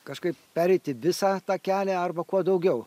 kažkaip pereiti visą tą kelią arba kuo daugiau